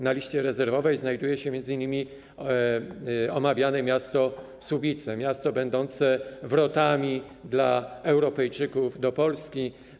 Na liście rezerwowej znajduje się m.in. omawiane miasto Słubice, miasto będące wrotami dla Europejczyków do Polski.